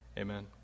Amen